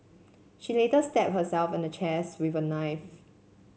she later stabbed herself and the chests with a knife